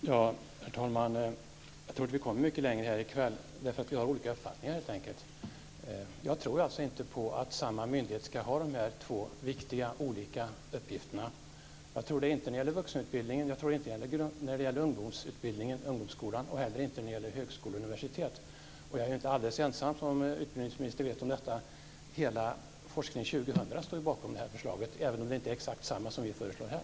Herr talman! Jag tror inte att vi kommer mycket längre här i kväll. Vi har helt enkelt olika uppfattningar. Jag tror inte på att samma myndighet ska ha dessa två viktiga olika uppgifter. Jag tror det inte heller när det gäller vuxenutbildningen, ungdomsskolan, högskolor och universitet. Som utbildningsministern vet är jag inte alldeles ensam om den uppfattningen. Hela betänkandet Forskning 2000 står ju bakom det förslaget, även om det inte är exakt samma som vi föreslår här.